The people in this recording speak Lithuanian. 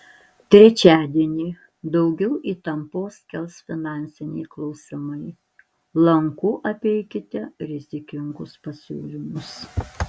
trečiadienį daugiau įtampos kels finansiniai klausimai lanku apeikite rizikingus pasiūlymus